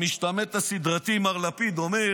המשתמט הסדרתי מר לפיד אומר: